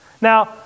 Now